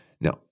Now